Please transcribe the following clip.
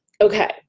Okay